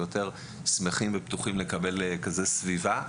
הם יותר שמחים ופתוחים לקבל כזאת סביבה,